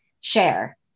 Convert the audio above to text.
share